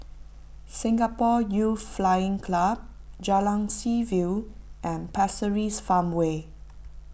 Singapore Youth Flying Club Jalan Seaview and Pasir Ris Farmway